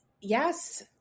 Yes